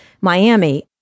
Miami